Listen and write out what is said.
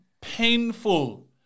painful